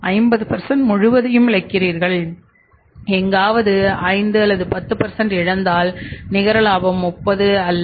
50 முழுவதையும் இழக்கிறீர்கள் எங்காவது 5 10 இழந்தால் நிகர லாபம் 30 அல்ல